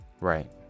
right